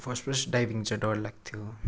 first first diving चाहिँ डर लाग्थ्यो